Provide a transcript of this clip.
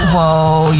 Whoa